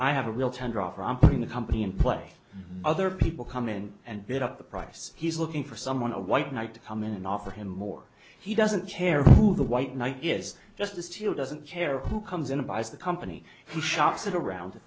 i have a real tender offer i'm playing the company and play other people come in and bid up the price he's looking for someone a white knight to come in and offer him more he doesn't care who the white knight is just the steel doesn't care who comes in and buys the company he shops at around